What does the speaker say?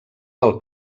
del